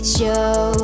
Show